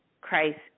Christ